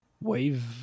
wave